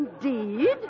Indeed